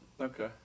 Okay